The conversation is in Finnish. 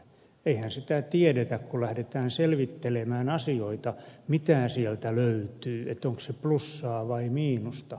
eihän sitä tiedetä kun lähdetään selvittelemään asioita mitä sieltä löytyy onko se plussaa vai miinusta